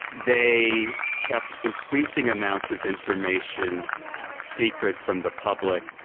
they kept increasing amounts of information secret from the public.